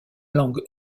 langue